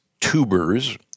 tubers